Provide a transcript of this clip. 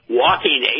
walking